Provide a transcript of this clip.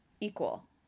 equal